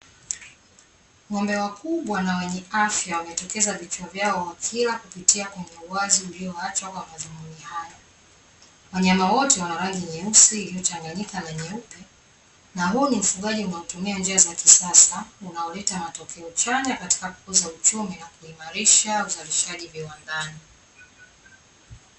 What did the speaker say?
Ng'ombe wakubwa na wenye afya wametokeza vichwa vyao wakila kupitia kwenye uwazi ulioachwa kwa madhumuni hayo. Wanyama wote wana rangi nyeusi iliyochanganyika na nyeupe. Na huu ni ufugaji unaotumia njia za kisasa, unaoleta matokeo chanya katika kukuza uchumi na kuimarisha uzalishaji viwandani.